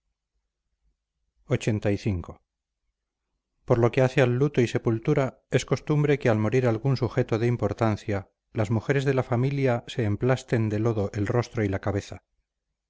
ocultos lxxxv por lo que hace al luto y sepultura es costumbre que al morir algún sujeto de importancia las mujeres de la familia se emplasten de lodo el rostro y la cabeza